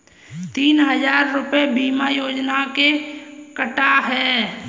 तीन हजार रूपए बीमा योजना के कटा है